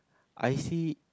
I see